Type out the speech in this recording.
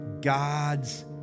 God's